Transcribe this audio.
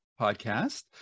Podcast